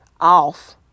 off